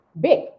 big